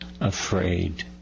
afraid